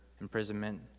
imprisonment